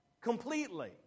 completely